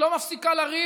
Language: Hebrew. היא לא מפסיקה לריב,